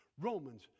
Romans